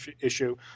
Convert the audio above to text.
issue